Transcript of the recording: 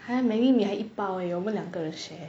还有 maggi mee 还一包而已我们两个 share